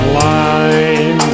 line